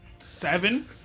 Seven